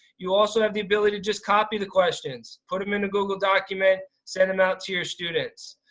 you also have the ability just copy the questions. put them in a google document, send them out to your students.